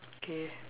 okay